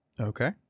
Okay